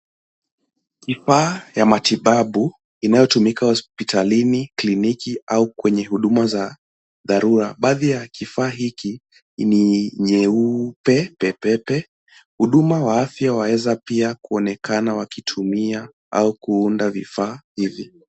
Kifaa ya matibabu inayotumika hospitalini, kliniki au kwenye huduma za dharura. Baadhi ya kifaa hiki ni nyeupe pepepe, huduma wa afya waeza pia kuonekana wakitumia au kuunda vifaa hivi.